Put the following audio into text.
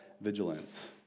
vigilance